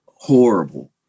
horrible